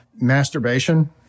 Masturbation